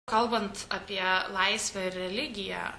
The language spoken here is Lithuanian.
kalbant apie laisvę ir religiją